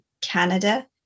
Canada